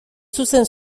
zuzen